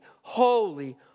holy